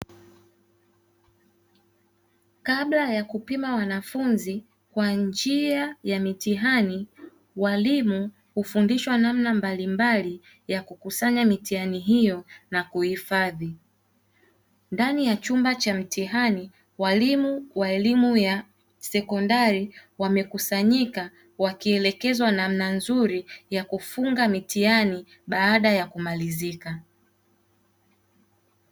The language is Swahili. Kabla ya kupima wanafunzi Kwa njia ya mitihani, walimu hufundishwa namna mbalimbali za kukusanywa mitihani hiyo na kuhifadhia. Ndani ya chumba cha mtihani walimu wa elimu ya sekondari wamekusanyika wakielezwa namna nzuri ya kufunga mitihani baada ya kumalizika.